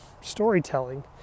storytelling